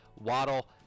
Waddle